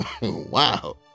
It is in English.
Wow